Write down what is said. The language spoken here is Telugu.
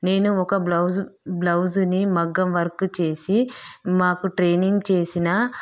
నేను ఒక బ్లౌజు బ్లౌజుని మగ్గం వర్క్ చేసి మాకు ట్రైనింగ్ చేసిన